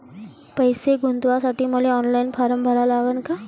पैसे गुंतवासाठी मले ऑनलाईन फारम भरा लागन का?